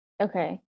Okay